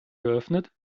geöffnet